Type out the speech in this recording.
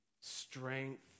strength